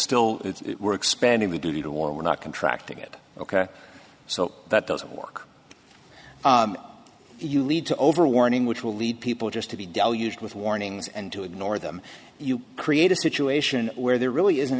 still we're expanding the duty to war we're not contracting it ok so that doesn't work you lead to over warning which will lead people just to be deluged with warnings and to ignore them you create a situation where there really isn't